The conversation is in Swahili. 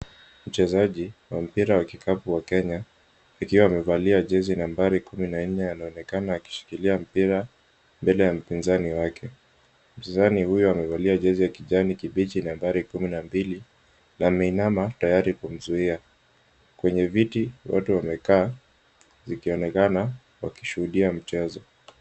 Mchezaji wa mpira wa kikapu wa Kenya akiwa amevalia jezi nambari kumi na nne anaonekana akishikilia mpira mbele ya mpinzani wake. Mpinzani huyo amevalia jezi ya kijani kibichi nambari kumi na mbili na ameinama tayari kumzuia. Kwenye viti watu wamekaa ikionekana wakishuhudia mchezo.